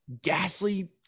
Gasly